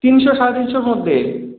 তিনশো সাড়ে তিনশোর মধ্যে